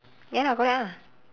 ya lah correct ah